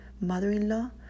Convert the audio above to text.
mother-in-law